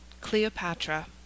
Cleopatra